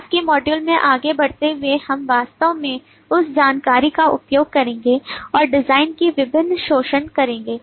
बाद के मॉड्यूल में आगे बढ़ते हुए हम वास्तव में उस जानकारी का उपयोग करेंगे और डिजाइन के विभिन्न शोधन करेंगे